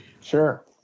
Sure